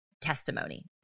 testimony